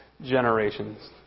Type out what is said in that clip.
generations